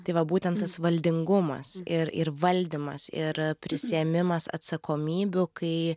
tai va būtent tas valdingumas ir ir valdymas ir prisiėmimas atsakomybių kai